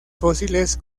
fósiles